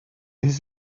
his